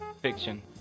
fiction